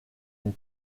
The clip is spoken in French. une